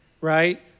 right